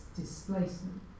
displacement